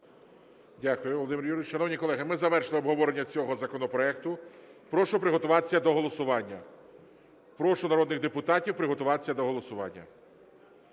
Дякую, Володимир Юрійович. Шановні колеги, ми завершили обговорення цього законопроекту, прошу приготуватись до голосування. Прошу народних депутатів приготуватись до голосування.